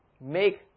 make